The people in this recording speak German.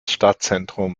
stadtzentrum